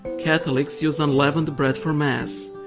catholics use unleavened bread for mass,